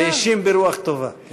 לא, האשים ברוח טובה.